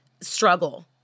struggle